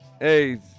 Hey